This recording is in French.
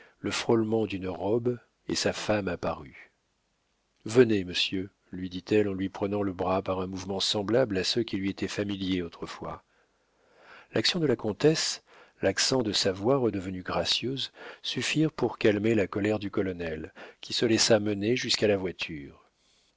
le frôlement d'une robe et sa femme apparut venez monsieur lui dit-elle en lui prenant le bras par un mouvement semblable à ceux qui lui étaient familiers autrefois l'action de la comtesse l'accent de sa voix redevenue gracieuse suffirent pour calmer la colère du colonel qui se laissa mener jusqu'à la voiture